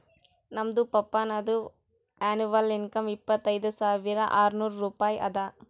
ನಮ್ದು ಪಪ್ಪಾನದು annual income ಇಪ್ಪತೈದ್ ಸಾವಿರಾ ಆರ್ನೂರ್ ರೂಪಾಯಿ ಅದಾ